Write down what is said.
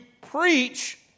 preach